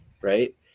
Right